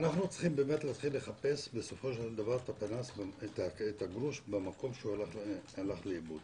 אנחנו צריכים לחפש את הגרוש במקום שהוא הלך לאיבוד,